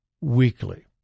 weekly